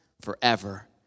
forever